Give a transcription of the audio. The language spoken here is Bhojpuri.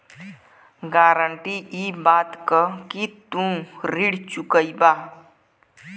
गारंटी इ बात क कि तू ऋण चुकइबा